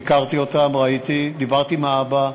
ביקרתי אותן, ראיתי, דיברתי עם האבא,